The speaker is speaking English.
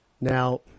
now